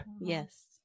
yes